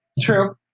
True